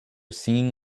singing